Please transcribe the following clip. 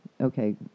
okay